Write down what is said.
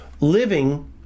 living